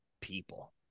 people